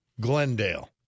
Glendale